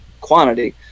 quantity